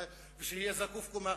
ושיהיה זקוף קומה.